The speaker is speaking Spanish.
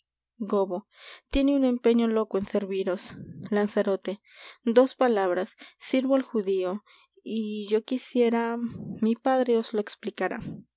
tiene un empeño loco en serviros lanzarote dos palabras sirvo al judío y yo quisiera mi padre os lo explicará